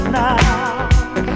now